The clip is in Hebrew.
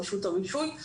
רשות הרישוי,